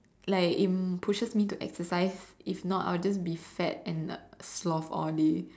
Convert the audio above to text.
like it pushes me to exercise if not I'll just be fat and a sloth all day